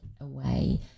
away